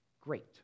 great